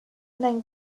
name